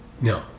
No